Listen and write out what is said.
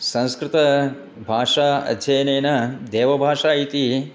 संस्कृतभाषा अध्ययनेन देवभाषा इति